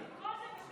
הצבועים.